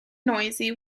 noisy